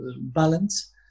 balance